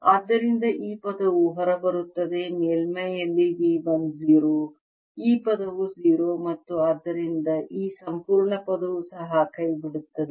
ಆದ್ದರಿಂದ ಈ ಪದವು ಹೊರಹೋಗುತ್ತದೆ ಮೇಲ್ಮೈಯಲ್ಲಿ V 1 0 ಈ ಪದವು 0 ಮತ್ತು ಆದ್ದರಿಂದ ಈ ಸಂಪೂರ್ಣ ಪದವು ಸಹ ಕೈಬಿಡುತ್ತದೆ